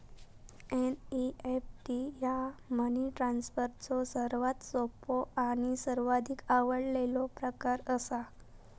NEFT ह्या money ट्रान्सफरचो सर्वात सोपो आणि सर्वाधिक आवडलेलो प्रकार असा